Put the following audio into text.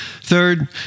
Third